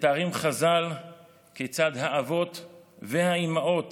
מתארים חז"ל כיצד האבות והאימהות